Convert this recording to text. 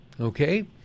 okay